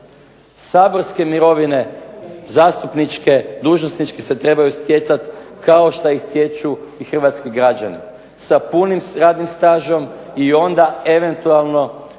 Saborske mirovine zastupničke, dužnosničke se trebaju stjecati kao što ih stječu i hrvatski građani sa punim radnim stažom i onda eventualno